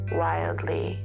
wildly